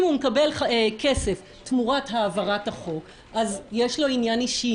אם מתקיים עניין אישי